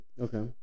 Okay